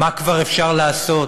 מה כבר אפשר לעשות